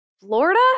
Florida